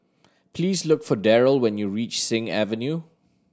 please look for Darryl when you reach Sing Avenue